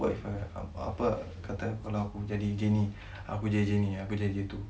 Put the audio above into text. what if I apa kata kalau aku jadi dia ni aku jadi dia tu